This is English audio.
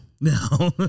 no